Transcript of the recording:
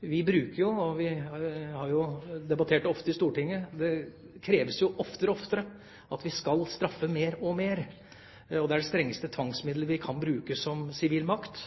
Vi har debattert det ofte i Stortinget; det kreves oftere og oftere at vi skal straffe mer og mer. Det er det strengeste tvangsmidlet vi kan bruke som sivil makt.